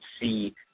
see